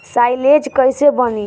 Silage कईसे बनी?